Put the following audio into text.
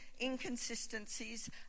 inconsistencies